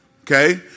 okay